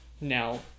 now